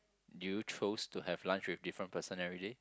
do you chose to have lunch with different person every day